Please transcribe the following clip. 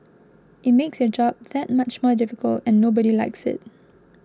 it makes your job that much more difficult and nobody likes it